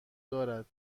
دارد